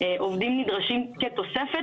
עובדים נדרשים כתוספת,